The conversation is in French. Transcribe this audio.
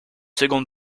seconde